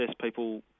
people